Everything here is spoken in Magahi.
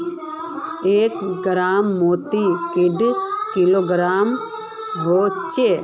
एक ग्राम मौत कैडा किलोग्राम होचे?